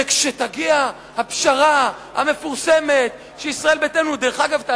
וכשתגיע הפשרה המפורסמת הם מבטיחים אבל לא מקיימים,